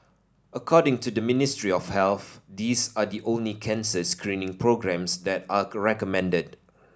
according to the Ministry of Health these are the only cancer screening programmes that are recommended